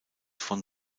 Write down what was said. von